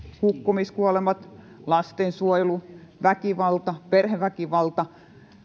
hukkumiskuolemat lastensuojelu väkivalta perheväkivalta